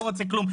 לא רוצה כלום,